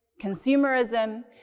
consumerism